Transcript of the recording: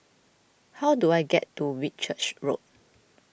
how do I get to Whitchurch Road